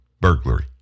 burglary